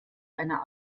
einer